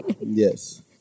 Yes